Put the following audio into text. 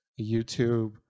YouTube